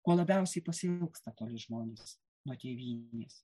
ko labiausiai pasiilgsta toli žmonės nuo tėvynės